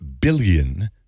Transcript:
billion